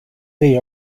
they